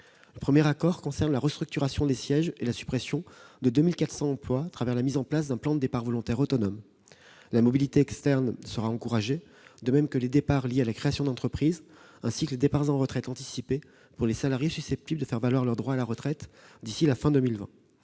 Le premier concerne la restructuration des sièges et la suppression de 2 400 emplois, à travers la mise en place d'un plan de départs volontaires autonome ; la mobilité externe sera encouragée, de même que les départs liés à la création d'entreprise, ainsi que les départs en retraite anticipée pour les salariés susceptibles de faire valoir leurs droits à la retraite d'ici à la fin 2020.